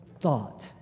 thought